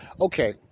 Okay